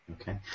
Okay